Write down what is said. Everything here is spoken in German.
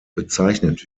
bezeichnet